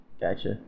Gotcha